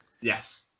yes